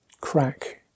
crack